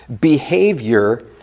behavior